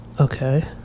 Okay